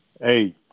Hey